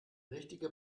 richtige